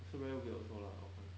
also very weird also lah 我看